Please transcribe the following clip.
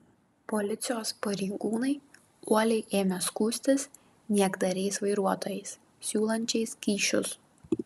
policijos pareigūnai uoliai ėmė skųstis niekdariais vairuotojais siūlančiais kyšius